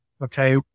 Okay